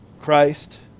Christ